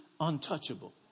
untouchable